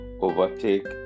overtake